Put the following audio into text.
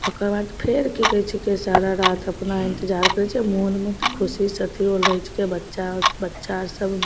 ओकरबाद फेर कि कहै छिकै सारा राति अपना इन्तजार करै छिए मोनमे तऽ खुशीसे अथी होल रहै छै बच्चा बच्चाआरसभ